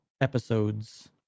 episode's